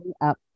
up